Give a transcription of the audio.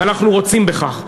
ואנחנו רוצים בכך.